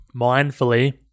mindfully